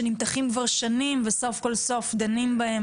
שנמתחים כבר שנים וסוף כל סוף דנים בהם